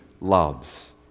loves